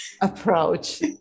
approach